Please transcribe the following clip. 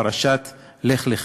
פרשת לך לך.